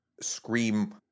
scream